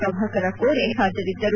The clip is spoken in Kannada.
ಪ್ರಭಾಕರ ಕೋರೆ ಹಾಜರಿದ್ದರು